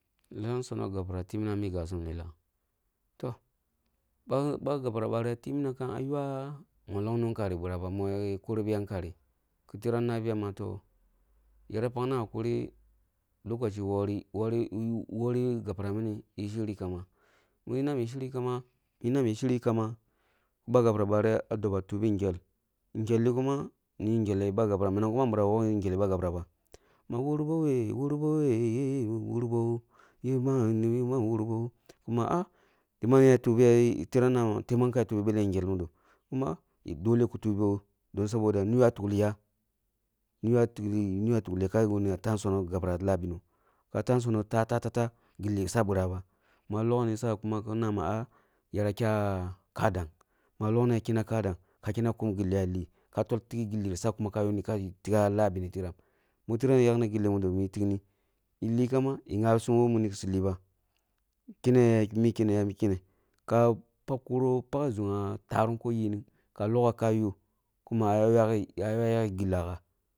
Lelam mi sonoh gapirah tik minam ah mi njasam lilah, toh ba gapirah bari ah timina kam ah ywa mollong nu kari biraba mo kuribiya kari, ki tiram nah ma toh, yara pakna hakuri lokaci wori woreh wori gapirah mini yi shiri kamba, bi na ma yi shiri kamba bi na ma yi shiri kamba, ba gapirah bari ah dobba tubi ngyel, ngyel li kuma ni ngyel ba gapirah, minam kuma bīrah ba wok ngyeleh ba gapirah ba, ma wurboh yeh wurbohyeye wurboh, yeni man yeni urboh kuma ah gi man tebman ka tubi beleh ngyel mudo? Kuma ah doleh ku tuboh don saboda myova tukliya niyo ah niyo ah tukliya ka yukli ma ya tah sonih gapirah ah lah benoh, ka tah sonoh tah tah tah gilli sa birahba, ka lokin ga kume gilli sa birah, ka lokni sa ka kya kadang, mwa lokni ka kya kadang ka kyeneh ka kum gilli ka li, ka kyeneh kuma ka tol teke gilliri kuma ka sa ka tigha ah lah ah bene tiram, boh tiram yakni gilli mudo ki tikni, eh li kamba eh gyabisumwoh muni su li ba, kene yami kene iya mi kene mi kene, ka pak kuro, ka pak zugha tarum ko yigin, ka logha ka yum kuma ah ywa yu ya yak gilla gha.